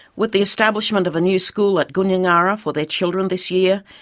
with the establishment of a new school at gunyangara for their children this year,